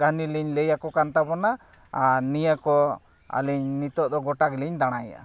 ᱠᱟᱹᱦᱱᱤ ᱞᱤᱧ ᱞᱟᱹᱭ ᱟᱠᱟᱱ ᱛᱟᱵᱚᱱᱟ ᱟᱨ ᱱᱤᱭᱟᱹ ᱠᱚ ᱟᱹᱞᱤᱧ ᱱᱤᱛᱚᱜ ᱫᱚ ᱜᱳᱴᱟ ᱜᱮᱞᱤᱧ ᱫᱟᱬᱟᱭᱮᱫᱼᱟ